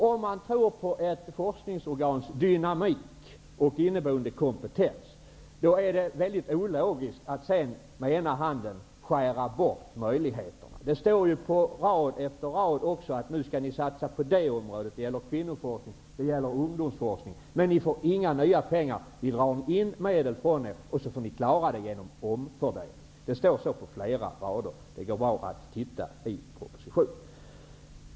Om man tror på ett forskningsorgans dynamik och inneboende kompetens, är det ologiskt att med den andra handen skära bort möjligheterna. Det står på rad efter rad att det också skall satsas på kvinnoforskning och ungdomsforskning, men att man inte får några nya pengar, utan fråntas medel och får klara detta genom omfördelning. Det står i propositionen.